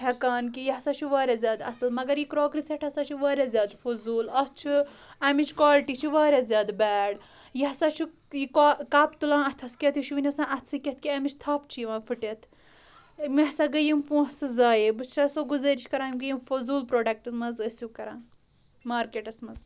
تھیٚکان کہِ یہِ ہسا چھُ واریاہ زیادٕ اَصٕل مَگر یہِ کراکری سیٚٹ ہسا چھُ واریاہ زیادٕ فضوٗل اَتھ چھُ اَمِچ کالٹی چھےٚ واریاہ زیادٕ بیڑ یہِ ہسا چھُ کپ تُلان اَتھس کیٚتھ یہِ چھُ ؤنہِ آسان اَتھٕسے کیٚتھ کہِ اَمِچ تھپھ چھِ یِوان پھٹِتھ مےٚ سا گٔے یِم پونٛسہٕ زایہِ بہٕ چھےٚ سو گُزٲرِش کران یِم فضوٗل پروڈکٹٕس مہ حظ ٲسِو کران مارکیٚٹس منٛز